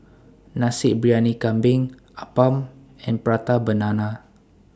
Nasi Briyani Kambing Appam and Prata Banana